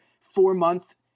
four-month